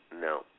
No